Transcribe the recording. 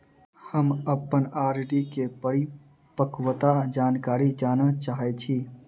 हम अप्पन आर.डी केँ परिपक्वता जानकारी जानऽ चाहै छी